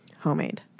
Homemade